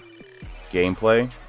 gameplay